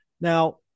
Now